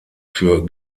für